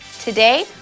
today